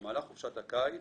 במהלך חופשת הקיץ